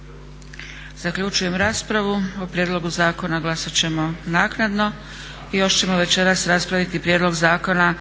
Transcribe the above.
Zaključujem raspravu. O prijedlogu zakona glasat ćemo naknadno. **Leko, Josip (SDP)** Konačni prijedlog Zakona